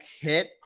hit